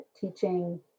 teaching